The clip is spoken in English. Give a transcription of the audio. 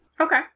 Okay